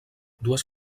dues